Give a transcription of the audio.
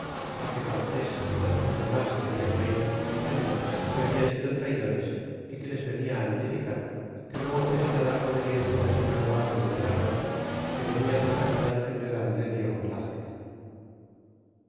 é que cortés é todos los demás que habla traido en su compañía le hablan sido traydores y que les venia á notificar que luego fuesen á dar la obediencia al señor pómplilo de narvaez que venia por capitan general del diego velazquez